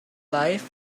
life